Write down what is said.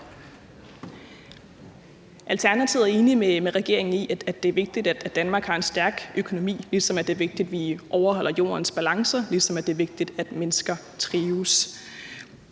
Alternativet er enig med regeringen i, at det er vigtigt, at Danmark har en stærk økonomi, ligesom det er vigtigt, at vi overholder jordens balancer, ligesom det er vigtigt, at mennesker trives.